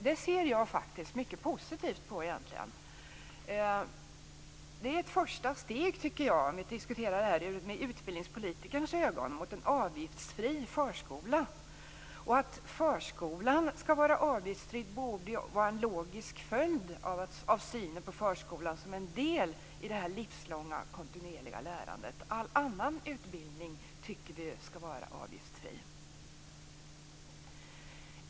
Jag ser egentligen mycket positivt på det. Jag diskuterar nu detta med utbildningspolitikerns ögon. Jag tycker att detta är ett första steg mot en avgiftsfri förskola. Att förskolan skall vara avgiftsfri borde vara en logisk följd av synen på förskolan som en del i det livslånga kontinuerliga lärandet. Vi tycker ju att all annan utbildning skall vara avgiftsfri.